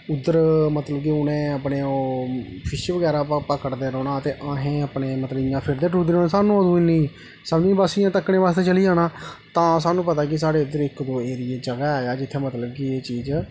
उद्धर मतलब कि उ'नें अपने ओह् फिश बगैरा पकड़दे रौह्ना ते असें अपने मतलब इ'यां फिरदे टुरदे रौह्ना असें इन्नी सानूं अदूं इन्नी समझो बस इ'यां तक्कने बास्तै चली जाना तां सानूं पता ऐ कि साढ़े उद्धर इक एरिये च जगह् ऐ जित्थें मतलब कि एह् चीज़